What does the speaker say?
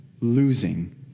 losing